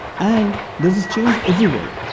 and this is change everywhere.